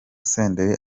senderi